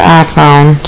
iPhone